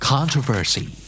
Controversy